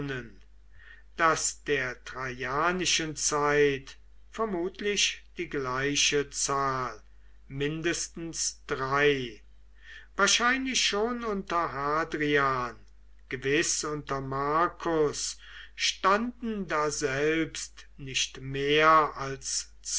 das der traianischen zeit vermutlich die gleiche zahl mindestens drei wahrscheinlich schon unter hadrian gewiß unter marcus standen daselbst nicht mehr als